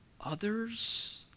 others